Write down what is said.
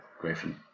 griffin